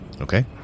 Okay